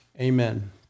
Amen